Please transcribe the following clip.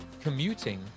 commuting